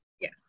Yes